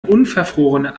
unverfrorene